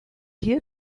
hier